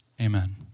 amen